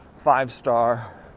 five-star